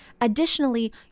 additionally